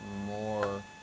more